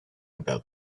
about